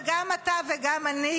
וגם אתה וגם אני,